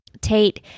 Tate